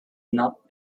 not